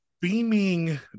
beaming